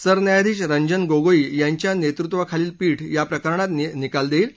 सरन्यायाधीश रंजन गोगोई यांच्या नेतृत्वाखालील पीठ या प्रकरणात निकाल देईल